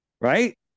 Right